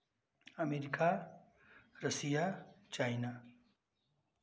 America Russia China